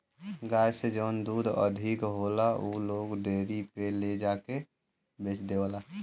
गाय से जौन दूध अधिक होला उ लोग डेयरी पे ले जाके के बेच देवला